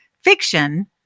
fiction